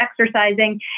exercising